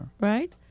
Right